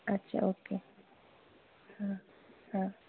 अच्छा ओके ह हां